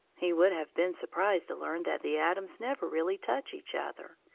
he would have been surprised to learn that the atoms never really touch each other.